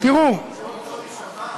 שעוד קול יישמע?